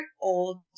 old